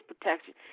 protection